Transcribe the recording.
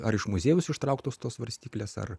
ar iš muziejaus ištrauktos tos svarstyklės ar